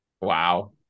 wow